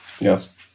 Yes